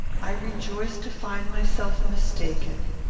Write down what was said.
i rejoice to find myself mistaken.